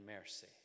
mercy